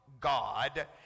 God